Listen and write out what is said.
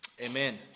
Amen